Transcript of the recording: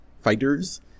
Fighters